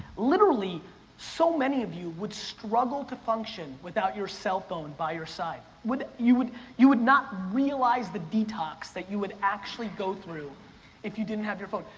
literally so many of you would struggle to function without your cellphone by your side. you would you would not realize the detox that you would actually go through if you didn't have your phone.